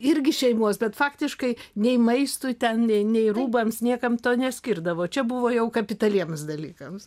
irgi šeimos bet faktiškai nei maistui ten nei rūbams niekam to neskirdavo čia buvo jau kapitaliems dalykams